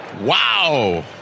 Wow